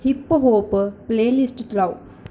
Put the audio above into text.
hip hop playlist ਚਲਾਓ